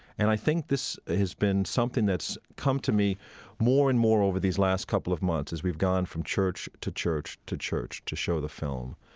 and i think this has been something that's come to me more and more over these last couple of months as we've gone from church to church to church to show the film.